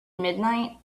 midnight